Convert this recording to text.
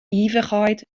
ivichheid